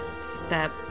step